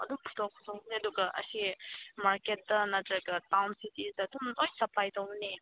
ꯑꯗꯨꯝ ꯑꯗꯨꯒ ꯑꯁꯤ ꯃꯥꯔꯀꯦꯠꯇ ꯅꯠꯇ꯭ꯔꯒ ꯇꯥꯎꯟ ꯁꯤꯇꯤꯗ ꯑꯗꯨꯝ ꯂꯣꯏ ꯁꯞꯄ꯭ꯂꯥꯏ ꯇꯧꯕꯅꯦ